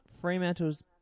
Fremantle's